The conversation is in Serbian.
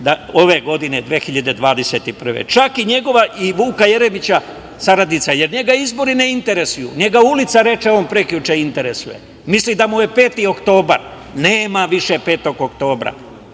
godine. Čak i Vuka Jeremića saradnica, jer njega izbori ne interesuju. Njega ulica, reče on prekjuče, interesuje. Misli da mu je 5. oktobar. Nema više 5. oktobra,